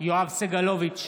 יואב סגלוביץ'